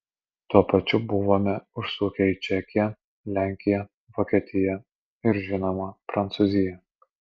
tuo pačiu buvome užsukę į čekiją lenkiją vokietiją ir žinoma prancūziją